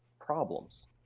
problems